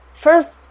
first